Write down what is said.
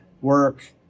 work